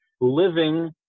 living